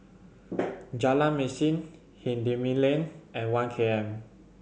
Jalan Mesin Hindhede Lane and One K M